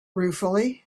ruefully